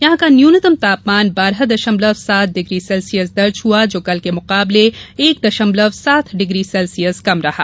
यहां का न्यूनतम तापमान बारह दशमलव सात डिग्री सेल्सियस दर्ज हुआ जो कल के मुकाबले एक दशमलव सात डिग्री सेल्सियस कम रहा